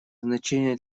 значение